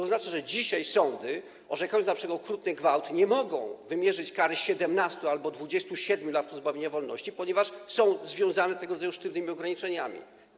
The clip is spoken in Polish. Oznacza to, że dzisiaj sądy, orzekając kary np. za okrutny gwałt, nie mogą wymierzyć kary 17 albo 27 lat pozbawienia wolności, ponieważ są związane tego rodzaju sztywnymi ograniczeniami.